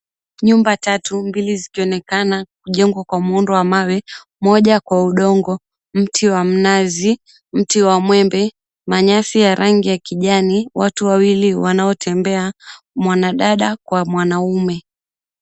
Nyumba tatu mbili zikionekana kujengwa kwa muundo wa mawe, moja kwa udongo, mti wa mnazi, mti wa mwembe, manyasi kwa rangi ya kijani, watu wawili wanaotembea, mwanadada kwa mwanaume.